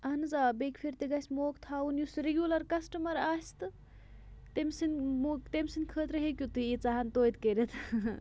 اَہَن حظ آ بیٚکہِ پھِرِ تہِ گژھِ موقعہ تھاوُن یُس رِگیوٗلَر کَسٹَمر آسہِ تہٕ تٔمۍ سٕنٛدۍ موقعہ تٔمۍ سٕنٛدۍ خٲطرٕ ہیٚکِو تُہۍ ییٖژاہَن تویتہِ کٔرِتھ